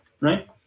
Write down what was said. right